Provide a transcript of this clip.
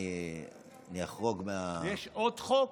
יש עוד חוק.